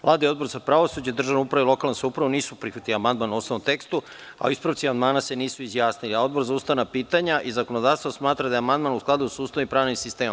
Vlada i Odbor za pravosuđe, državnu upravu i lokalnu samoupravu nisu prihvatili amandman u osnovnom tekstu, a o ispravci amandmana se nisu izjasnili, a Odbor za ustavna pitanja i zakonodavstvo smatra da je amandman u skladu sa Ustavom i pravnim sistemom.